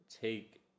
take